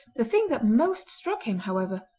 the thing that most struck him, however,